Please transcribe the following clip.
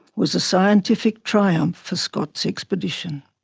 was a scientific triumph for scott's expedition.